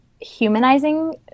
humanizing